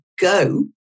go